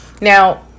Now